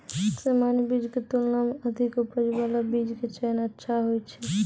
सामान्य बीज के तुलना मॅ अधिक उपज बाला बीज के चयन अच्छा होय छै